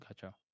gotcha